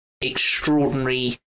extraordinary